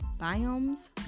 biomes